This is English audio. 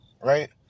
Right